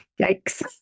Yikes